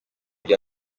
bya